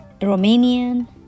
Romanian